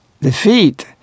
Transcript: defeat